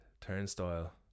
Turnstile